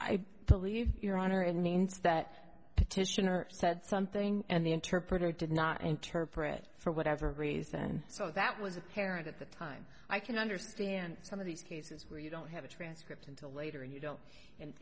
i believe your honor it means that petitioner said something and the interpreter did not interpret for whatever reason so that was apparent at the time i can understand some of these cases where you don't have a transcript until later and you don't and